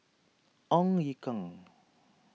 Ong Ye Kung